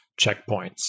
checkpoints